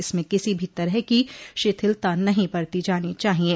इसमें किसी भी तरह की शिथिलता नहीं बरतो जानो चाहिये